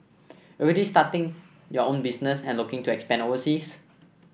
already started your own business and looking to expand overseas